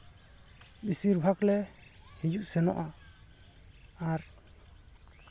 ᱵᱮᱥᱤᱨ ᱵᱷᱟᱜᱽᱞᱮ ᱦᱤᱡᱩᱜ ᱥᱮᱱᱚᱜᱼᱟ ᱟᱨ